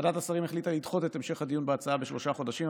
ועדת השרים החליטה לדחות את המשך הדיון בהצעה בשלושה חודשים,